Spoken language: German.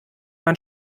man